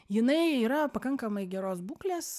jinai yra pakankamai geros būklės